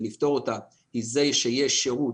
היא זה שיש שהות